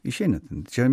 išeina ten čia